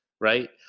right